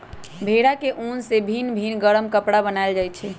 भेड़ा के उन से भिन भिन् गरम कपरा बनाएल जाइ छै